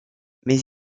mais